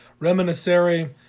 Reminiscere